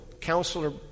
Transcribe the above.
counselor